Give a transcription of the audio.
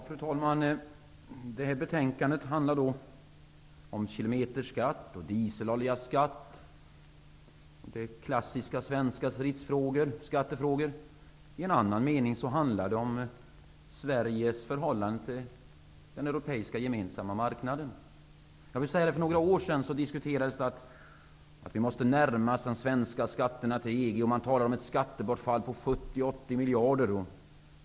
Fru talman! Det här betänkandet handlar om kilometerskatt och skatt på dieselolja. Det är klassiska svenska skattefrågor. I en annan mening handlar det om Sveriges förhållande till den För några år sedan diskuterades att vi måste närma de svenska skatterna till EG:s, och man talade om ett skattebortfall på 70-80 miljarder.